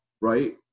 Right